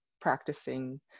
practicing